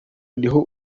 niho